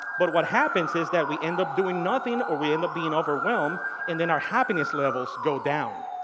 but what happens is that we end up doing nothing, or we end up being overwhelmed and then our happiness levels go down.